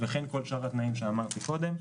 וכן כל שאר התנאים שאמרתי קודם.